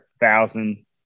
thousand